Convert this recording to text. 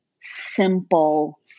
simple